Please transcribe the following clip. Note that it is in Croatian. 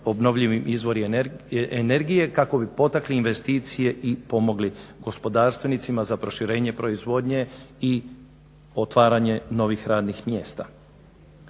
obnovljivi izvori energije, kako bi potakli investicije i pomogli gospodarstvenicima za proširenje proizvodnje i otvaranje novih radnih mjesta.